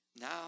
now